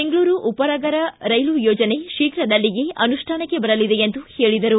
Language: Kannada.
ಬೆಂಗಳೂರು ಉಪನಗರ ರೈಲು ಯೋಜನೆ ಶೀಘ್ರದಲ್ಲಿಯೇ ಅನುಷ್ಠಾನಕ್ಕೆ ಬರಲಿದೆ ಎಂದು ಹೇಳಿದರು